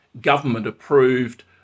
government-approved